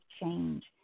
change